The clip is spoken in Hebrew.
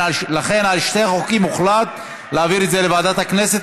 ולכן את שני החוקים הוחלט להעביר לוועדת הכנסת,